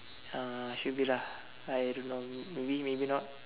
uh should be lah I don't know maybe maybe not